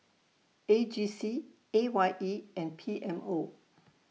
A G C A Y E and P M O